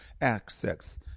access